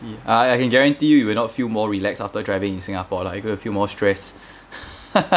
uh I can guarantee you will not feel more relax after driving in singapore like you gonna feel more stressed